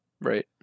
right